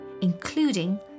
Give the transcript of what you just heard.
including